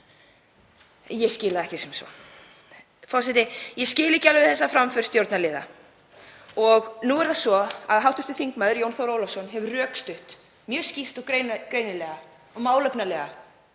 Ég skil það ekki sem svo. Forseti. Ég skil ekki alveg þessa framgöngu stjórnarliða. Nú er það svo að hv. þm. Jón Þór Ólafsson hefur rökstutt mjög skýrt, greinilega og málefnalega